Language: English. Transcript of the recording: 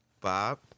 Bob